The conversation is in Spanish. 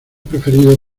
preferido